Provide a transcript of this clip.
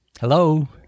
Hello